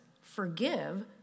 forgive